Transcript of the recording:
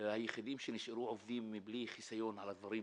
היחידים שנשארו עובדים מבלי חיסיון על הדברים.